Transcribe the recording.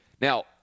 Now